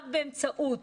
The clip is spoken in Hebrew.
רק באמצעות